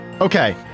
Okay